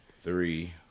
three